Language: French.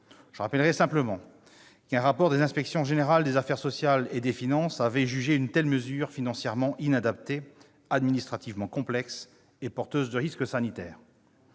Je rappellerai simplement qu'un rapport des inspections générales des affaires sociales et des finances avait jugé une telle mesure financièrement inadaptée, administrativement complexe et porteuse de risques sanitaires.